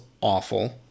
awful